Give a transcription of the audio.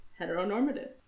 heteronormative